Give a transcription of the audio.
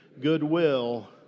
goodwill